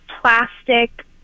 plastic